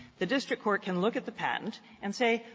the district court can look at the patent and say,